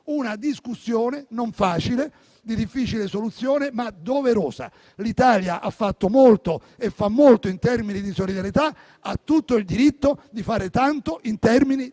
una discussione non facile, di difficile soluzione, ma doverosa. L'Italia ha fatto e fa molto in termini di solidarietà, ha tutto il diritto di fare tanto in termini di sicurezza.